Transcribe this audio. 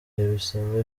bisaba